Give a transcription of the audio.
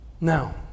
Now